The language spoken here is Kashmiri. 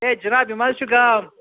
ہے جِناب یِہ ما حظ چھُ گام